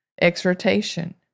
exhortation